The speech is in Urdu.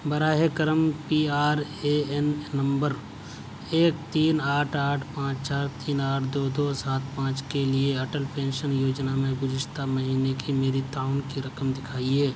براہ کرم P R A N number ایک تین آٹھ آٹھ پانچ چار تین آٹھ دو دو سات پانچ کے لیے اٹل پینشن یوجنا میں گزشتہ مہینے کی میری تعاون کی رقم دکھائیے